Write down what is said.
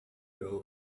girl